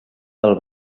del